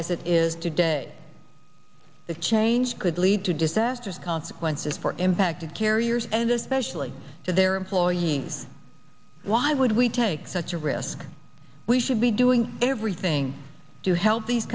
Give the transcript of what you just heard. as it is today that change could lead to disasters consequences for impacted carriers and especially to their employees why would we take such a risk we should be doing everything to help these